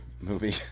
movie